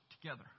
together